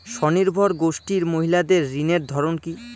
স্বনির্ভর গোষ্ঠীর মহিলাদের ঋণের ধরন কি?